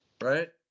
right